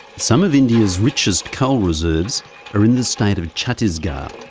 some of india's richest coal reserves are in the state of chhattisgarh,